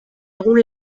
egun